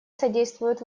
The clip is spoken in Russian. содействуют